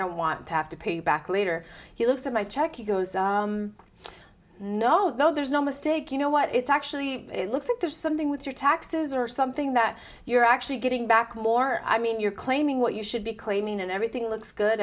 don't want to have to pay you back later he looked at my check you go no there's no mistake you know what it's actually looks like there's something with your taxes or something that you're actually getting back more i mean you're claiming what you should be claiming and everything looks good